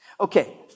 Okay